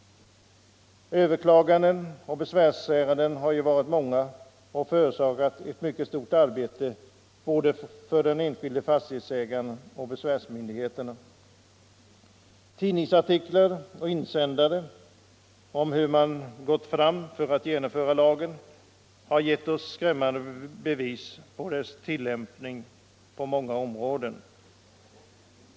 Överklaganden och besvärsärenden har varit många och förorsakat ett mycket stort arbete både för enskilda fastighetsägare och besvärsmyndigheter. Tidningsartiklar och insändare om hur man gått fram för att genomföra lagen har gett oss skrämmande bevis på dess tillämpning på många områden.